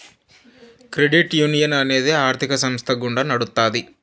credit union అనేది ఆర్థిక సంస్థ గుండా నడుత్తాది